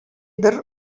бер